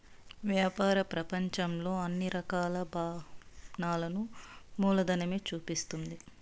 వ్యాపార ప్రపంచంలో అన్ని రకాల భావనలను మూలధనమే చూపిస్తుంది